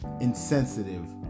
insensitive